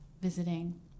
visiting